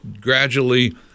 gradually